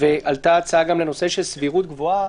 ועלתה הצעה גם לנושא של "סבירות גבוהה".